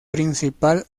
principal